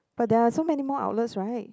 but there are so many more outlets right